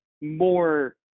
more